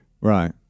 Right